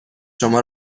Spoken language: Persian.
شما